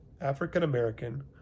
african-american